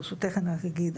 ברשותך אני רק אגיד,